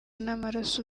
n’amaraso